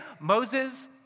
Moses